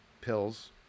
pills